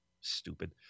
Stupid